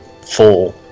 full